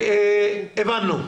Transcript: הבנו.